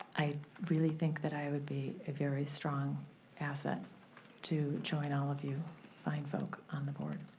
i really think that i would be a very strong asset to join all of you fine folk on the board.